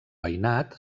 veïnat